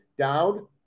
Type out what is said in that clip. down